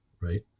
right